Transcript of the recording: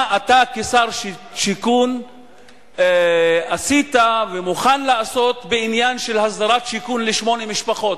מה אתה כשר שיכון עשית ומוכן לעשות בעניין הסדרת שיכון לשמונה משפחות?